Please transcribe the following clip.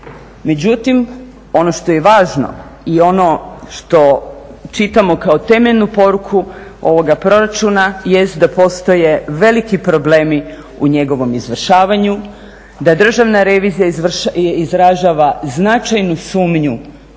međutim ono što je važno i ono što čitamo kao temeljnu poruku ovoga proračuna jest da postoje veliki problemi u njegovom izvršavanju, da Državna revizija izražava značajnu sumnju